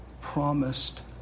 promised